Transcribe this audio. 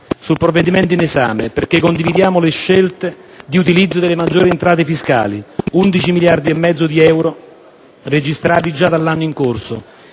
sul provvedimento in esame perché condividiamo le scelte di utilizzo delle maggiori entrate fiscali: 11,5 miliardi di euro, registrati già dall'anno in corso